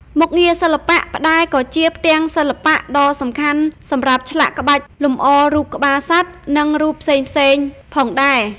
មុខងារសិល្បៈ ផ្តែរក៏ជា ផ្ទាំងសិល្បៈដ៏សំខាន់សម្រាប់ឆ្លាក់ក្បាច់លម្អរូបក្បាលសត្វ និងរូបផ្សេងៗ ផងដែរ។